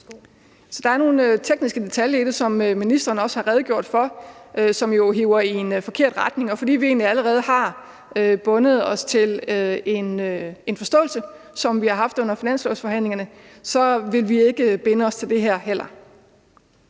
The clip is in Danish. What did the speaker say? Der er nogle tekniske detaljer i det, som ministeren også har redegjort for, og som jo trækker i en forkert retning. Og fordi vi egentlig allerede har bundet os til en forståelse, som vi har haft under finanslovsforhandlingerne, vil vi ikke binde os til det her også.